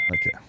Okay